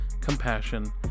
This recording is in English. compassion